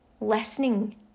listening